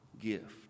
gift